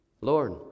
Lord